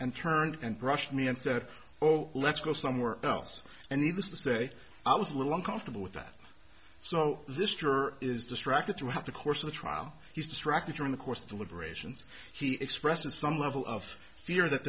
and turned and brushed me and said oh let's go somewhere else and needless to say i was a little uncomfortable with that so this juror is distracted throughout the course of the trial he's distracted during the course deliberations he expresses some level of fear that